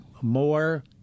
more